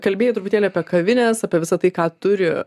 kalbėjai truputėlį apie kavines apie visą tai ką turi